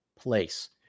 place